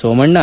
Somanna